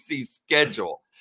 schedule